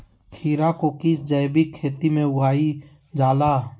खीरा को किस जैविक खेती में उगाई जाला?